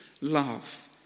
love